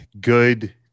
good